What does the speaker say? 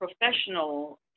professional